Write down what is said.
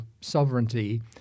sovereignty